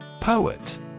Poet